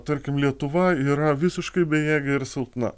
tarkim lietuva yra visiškai bejėgė ir silpna